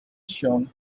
shown